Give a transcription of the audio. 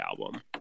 album